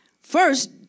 first